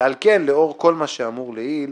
ועל כן, לאור כל האמור לעיל,